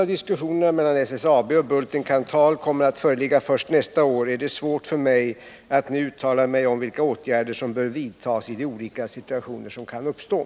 Är industriministern beredd medverka till att jobben vid kättingfabriken i Ljusne tryggas vid en eventuell strukturförändring inom branschen?